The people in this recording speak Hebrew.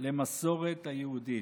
למסורת היהודית.